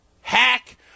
hack